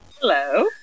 Hello